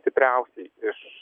stipriausiai iš